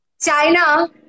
china